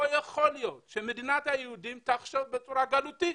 לא יכול להיות שמדינת היהודים תחשוב בצורה גלותית,